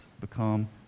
become